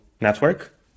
network